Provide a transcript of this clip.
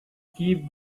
keep